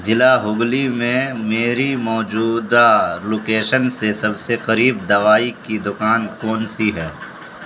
ضلع ہگلی میں میری موجودہ لوکیشن سے سب سے قریب دوائی کی دکان کون سی ہے